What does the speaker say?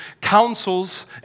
counsels